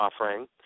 offering